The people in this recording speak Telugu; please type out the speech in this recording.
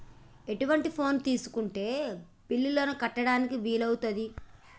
ఎటువంటి ఫోన్ తీసుకుంటే బిల్లులను కట్టడానికి వీలవుతది?